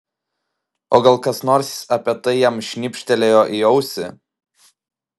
o gal kas nors apie tai jam šnibžtelėjo į ausį